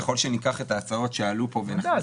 ככל שניקח את ההצעות שעלו פה ונכניס